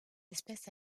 espèce